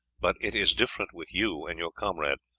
but it is different with you and your comrade.